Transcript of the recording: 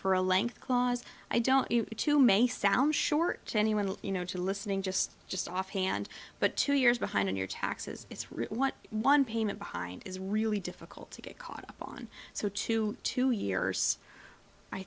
for a length clause i don't you two may sound short to anyone you know to listening just just offhand but two years behind on your taxes it's really what one payment behind is really difficult to get caught up on so two two years i